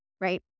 right